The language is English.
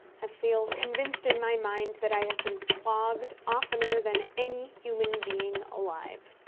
i feel convinced in my mind that i have been flogged oftener than any human being alive.